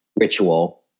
ritual